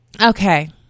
Okay